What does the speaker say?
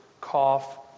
cough